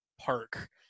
park